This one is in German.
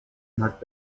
mag